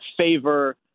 favor